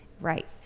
Right